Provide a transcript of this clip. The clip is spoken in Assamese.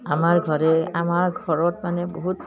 আমাৰ ঘৰে আমাৰ ঘৰত মানে বহুত